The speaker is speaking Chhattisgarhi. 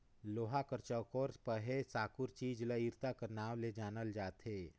लोहा कर चउकोर पहे साकुर चीज ल इरता कर नाव ले जानल जाथे